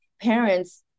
parents